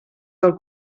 del